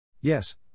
Yes